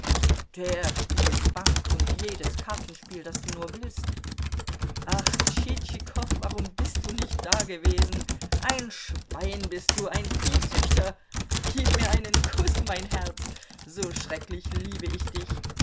der spielt bank und jedes kartenspiel das du nur willst ach tschitschikow warum bist du nicht dagewesen ein schwein bist du ein viehzüchter gib mir einen kuß mein herz so schrecklich liebe ich dich